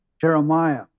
Jeremiah